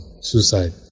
suicide